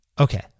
Okay